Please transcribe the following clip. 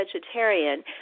vegetarian